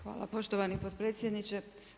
Hvala poštovani potpredsjedniče.